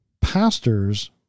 pastors